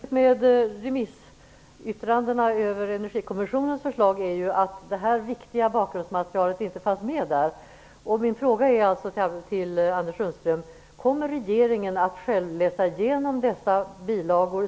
Fru talman! Problemet med remissyttrandena över Energikommissionens förslag är att det här viktiga bakgrundsmaterialet inte fanns med där. Min fråga till Anders Sundström är alltså: Kommer regeringen att själv läsa igenom dessa bilagor?